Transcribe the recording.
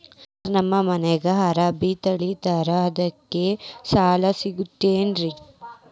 Sir ನಮ್ಮ ಮನ್ಯಾಗ ಅರಬಿ ತೊಳಿತಾರ ಅದಕ್ಕೆ ಸಾಲ ಸಿಗತೈತ ರಿ?